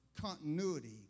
continuity